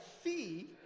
fee